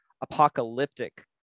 apocalyptic